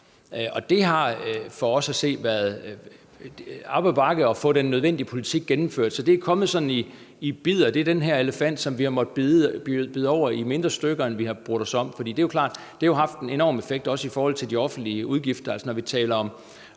Og det har for os at se været op ad bakke at få den nødvendige politik gennemført. Så det er kommet sådan i bidder; det er den her elefant, som vi har måttet bide over i mindre stykker, end vi har brudt os om. For det er jo klart, at det har haft en enorm effekt, også i forhold til de offentlige udgifter. Altså, når vi taler om